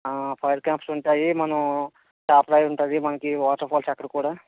fire camps ఉంటాయి మనం చాపరాయి ఉంటుంది మనకి వాటర్ ఫాల్స్ అక్కడ కూడా